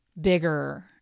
bigger